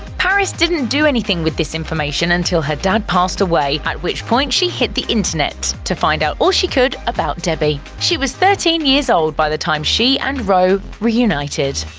paris didn't do anything with this information until her dad passed away, at which point she hit the internet to find out all she could about debbie. she was thirteen years old by the time she and rowe reunited.